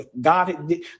God